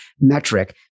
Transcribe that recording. metric